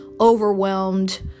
overwhelmed